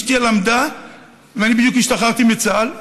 אשתי למדה ואני בדיוק השתחררתי מצה"ל,